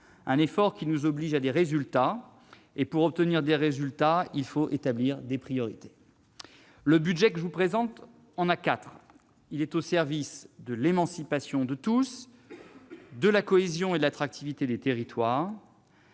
effort, qui nous impose des résultats. Or, pour obtenir des résultats, il faut établir des priorités. Le budget que je vous présente en dénombre quatre. Il est au service de l'émancipation de tous, au service de la cohésion et de l'attractivité des territoires,